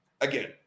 Again